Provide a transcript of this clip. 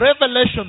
revelation